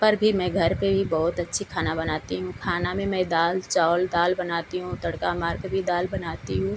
पर फिर मैं घर पर भी बहुत अच्छी खाना बनाती हूँ खाना में मैं दाल चावल दाल बनाती हूँ तड़का मार कर भी दाल बनाती हूँ